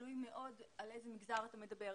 תלוי מאוד על איזה מגזר אתה מדבר.